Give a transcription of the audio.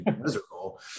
miserable